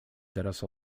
teraz